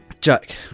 Jack